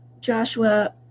Joshua